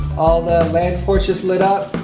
all the lan ports just lit up.